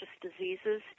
diseases